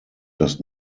das